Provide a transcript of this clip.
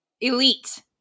elite